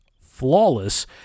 flawless